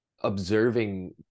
Observing